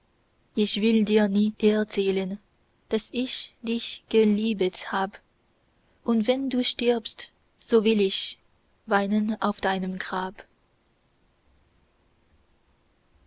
ich will dir nie erzählen daß ich dich geliebet hab und wenn du stirbst so will ich weinen auf deinem grab